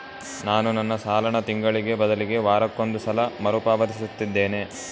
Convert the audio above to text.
ನಾನು ನನ್ನ ಸಾಲನ ತಿಂಗಳಿಗೆ ಬದಲಿಗೆ ವಾರಕ್ಕೊಂದು ಸಲ ಮರುಪಾವತಿಸುತ್ತಿದ್ದೇನೆ